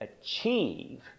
achieve